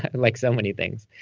like so many things.